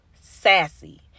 sassy